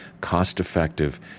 cost-effective